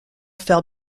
fell